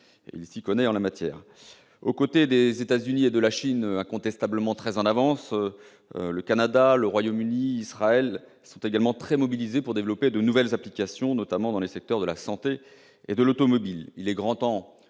il s'y connaît ... Aux côtés des États-Unis et de la Chine, incontestablement très en avance, le Canada, le Royaume-Uni et Israël sont également fortement mobilisés pour développer de nouvelles applications, notamment dans les secteurs de la santé et de l'automobile. Il est grand temps